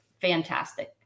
fantastic